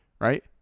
right